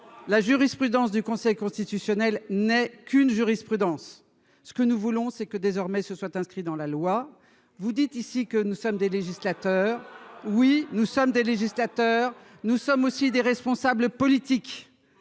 la jurisprudence du Conseil constitutionnel n'est qu'une jurisprudence, ce que nous voulons c'est que désormais ce soit inscrit dans la loi vous dites ici que nous sommes des législateurs, oui nous sommes des législateurs, nous sommes aussi des responsables politiques